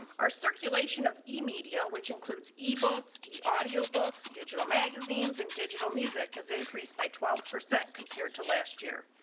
our circulation of e media, which includes ebooks, he audio books, digital magazines and digital music cause increased by twelve percent compared to last year.